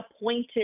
appointed